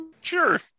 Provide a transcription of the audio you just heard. Sure